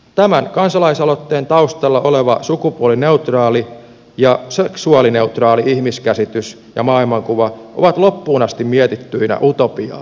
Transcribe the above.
tämän kansalaisaloitteen taustalla oleva sukupuolineutraali ja seksuaalineutraali ihmiskäsitys ja maailmankuva ovat loppuun asti mietittyinä utopiaa